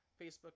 Facebook